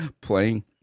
playing